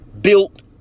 built